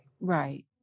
Right